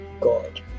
God